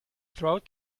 throat